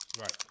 Right